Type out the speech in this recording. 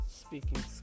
speaking